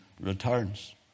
returns